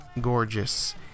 gorgeous